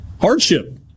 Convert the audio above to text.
hardship